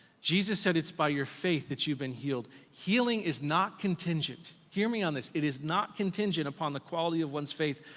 jesus said, it's by your faith that you've been healed. healing is not contingent, hear me on this, it is not contingent upon the quality of one's faith,